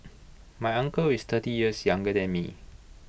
my uncle is thirty years younger than me